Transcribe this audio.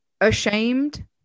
ashamed